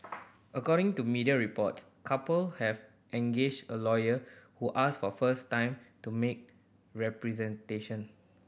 according to media reports couple has engaged a lawyer who asked for time to make representation